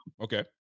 Okay